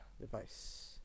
device